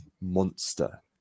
monster